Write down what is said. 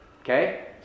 Okay